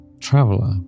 traveler